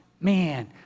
Man